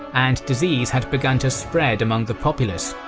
and disease had begun to spread among the populace.